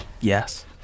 Yes